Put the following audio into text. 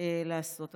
לעשות בהם.